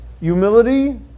humility